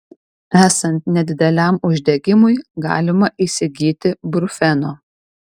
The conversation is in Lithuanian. esant nedideliam uždegimui galima įsigyti brufeno